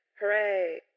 hooray